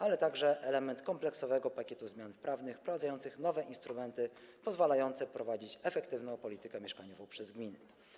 Chodzi także o element kompleksowego pakietu zmian prawnych wprowadzających nowe instrumenty pozwalające prowadzić efektywną politykę mieszkaniową przez gminy.